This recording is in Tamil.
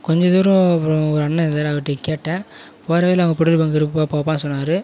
கொஞ்சம் தூரம் அப்புறம் ஒரு அண்ணன் இருந்தார் அவர்ட்ட கேட்டேன் போகிற வழியில அங்கே பெட்ரோல் பங்க்கு இருக்குதுப்பா போப்பா சொன்னார்